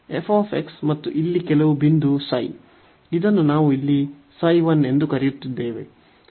f x ಮತ್ತು ಇಲ್ಲಿ ಕೆಲವು ಬಿಂದು ξ ಇದನ್ನು ನಾವು ಇಲ್ಲಿ ಕರೆಯುತ್ತಿದ್ದೇವೆ ξ 1